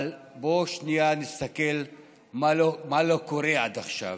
אבל בואו נסתכל מה לא קורה עד עכשיו.